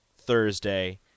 Thursday